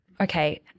Okay